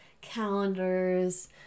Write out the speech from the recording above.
calendars